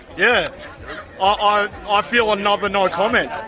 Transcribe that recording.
yeah ah i ah feel another no comment.